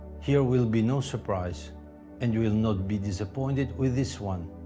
here will be no surprise and you will not be disappointed with this one.